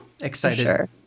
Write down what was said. excited